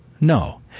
No